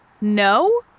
no